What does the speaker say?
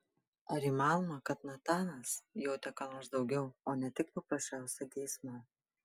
ar įmanoma kad natanas jautė ką nors daugiau o ne tik paprasčiausią geismą